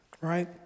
right